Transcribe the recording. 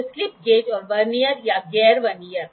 तो slip gauge और vernier या गियर वर्नियर